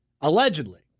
Allegedly